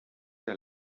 der